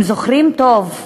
אם זוכרים טוב,